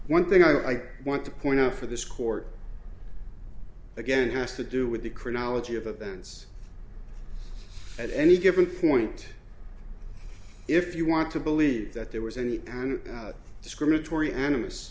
one thing i want to point out for this court again has to do with the chronology of events at any given point if you want to believe that there was any and discriminatory animi